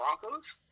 Broncos